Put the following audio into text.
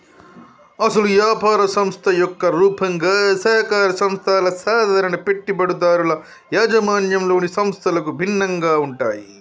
అసలు యాపార సంస్థ యొక్క రూపంగా సహకార సంస్థల సాధారణ పెట్టుబడిదారుల యాజమాన్యంలోని సంస్థలకు భిన్నంగా ఉంటాయి